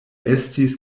estis